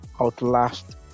outlast